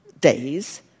days